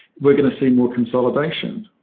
we're going to see more consolidation?